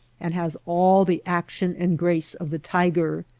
and has all the action and grace of the tiger.